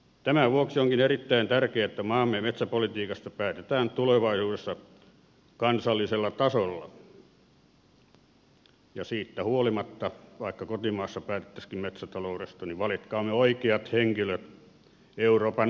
tämän vuoksi onkin erittäin tärkeää että maamme metsäpolitiikasta päätetään tulevaisuudessa kansallisella tasolla ja siitä huolimatta vaikka kotimaassa päätettäisiinkin metsätaloudesta valitkaamme oikeat henkilöt euroopan unioniin